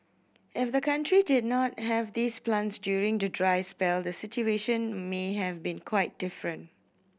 if the country did not have these plants during the dry spell the situation may have been quite different